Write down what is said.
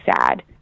sad